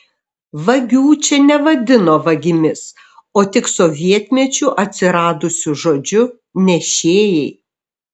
vagių čia nevadino vagimis o tik sovietmečiu atsiradusiu žodžiu nešėjai